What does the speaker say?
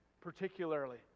particularly